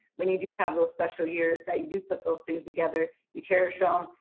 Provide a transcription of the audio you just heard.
when you do have those special years that you do put those things together, you cherish um